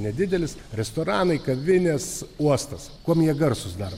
nedidelis restoranai kavinės uostas kuom jie garsūs dar